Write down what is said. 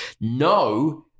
no